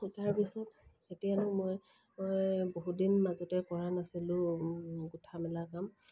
তাৰপিছত এতিয়ানো মই মই বহুতদিন মাজতে কৰা নাছিলোঁ গোঁঠা মেলা কাম